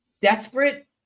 desperate